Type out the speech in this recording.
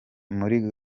muri